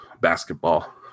basketball